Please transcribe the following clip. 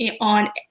on